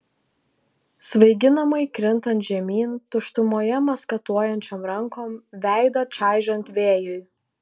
svaiginamai krintant žemyn tuštumoje maskatuojančiom rankom veidą čaižant vėjui